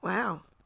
Wow